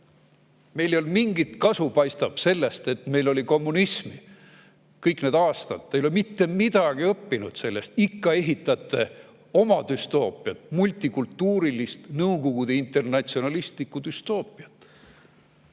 Meil ei ole olnud mingit kasu, paistab, sellest, et meil oli kommunism kõik need aastad. Te ei ole sellest mitte midagi õppinud, ikka ehitate oma düstoopiat, multikultuurilist Nõukogude internatsionalistlikku düstoopiat.